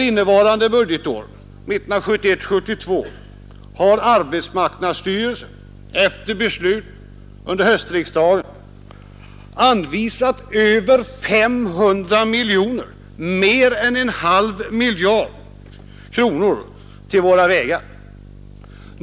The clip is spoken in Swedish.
Under budgetåret 1971/72 har arbetsmarknadsstyrelsen efter beslut under höstriksdagen anvisat över 500 miljoner kronor, alltså mera än en halv miljard kronor, till våra vägar.